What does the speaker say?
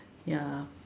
ya